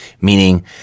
meaning